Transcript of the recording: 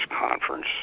conference